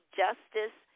justice